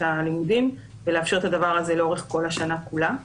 הלימודים ולאפשר את הדבר הזה לאורך כל השנה כולה.